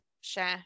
share